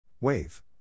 Wave